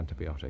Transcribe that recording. antibiotic